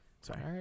Sorry